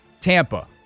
Tampa